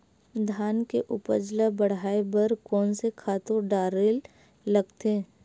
धान के उपज ल बढ़ाये बर कोन से खातु डारेल लगथे?